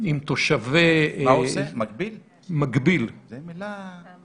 עם תושבי --- מה הוא עושה?